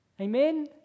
Amen